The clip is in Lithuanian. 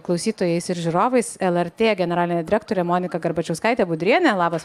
klausytojais ir žiūrovais lrt generalinė direktorė monika garbačiauskaitė budrienė labas